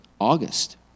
August